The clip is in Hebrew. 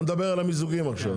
אתה מדבר על המיזוגים עכשיו?